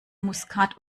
muskat